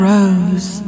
Rose